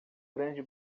grande